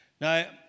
Now